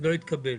לא התקבל.